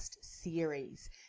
series